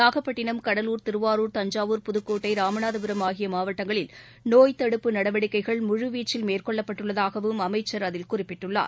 நாகப்பட்டினம் கடலூர் திருவாரூர் தஞ்சாவூர் புதுக்கோட்டை ராமநாதபுரம் ஆகியமாவட்டங்களில் நோய் தடுப்பு நடவடிக்கைகள் முழு வீச்சில் மேற்கொள்ளப்பட்டுள்ளதாகவும் அமைச்சர் அதில் குறிப்பிட்டுள்ளார்